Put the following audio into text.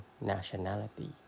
nationality